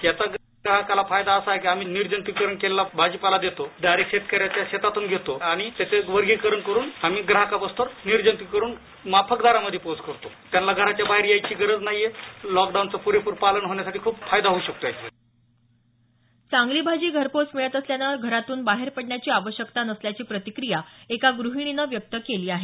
याचा ग्राहकाला फायदा आहे की आम्ही निर्जंतुक भाजीपाला देतो शेतक यांच्या शेतातून घेतो आणि त्याचे वर्गीकरण करून आम्ही ग्राहकापर्यंत निर्जंतुक करून पोहच करतो त्यांना घराबाहेर गरज येण्याची नाही येत लॉकडाउनचा प्रेप्र पालन होण्यासाठी खूप फायदा होऊ शकते चांगली भाजी घर पोहोच मिळत असल्याने घरातून बाहेर पडण्याची आवश्यकता नसल्याची प्रतिक्रिया एका गृहिणीने व्यक्त केली आहे